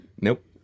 Nope